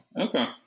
okay